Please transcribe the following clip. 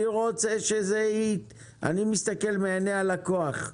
אני מסתכל מעיני הלקוח.